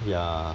ya